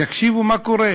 תקשיבו מה קורה.